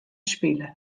spile